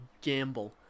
gamble